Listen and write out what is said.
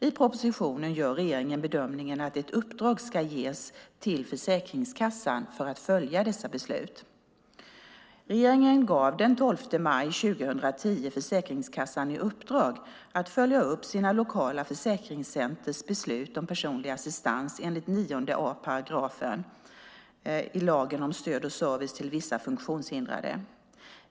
I propositionen gör regeringen bedömningen att ett uppdrag ska ges till Försäkringskassan att följa dessa beslut. Regeringen gav den 12 maj 2010 Försäkringskassan i uppdrag att följa upp sina lokala försäkringscenters beslut om personlig assistans enligt 9 a § lagen om stöd och service till vissa funktionshindrade.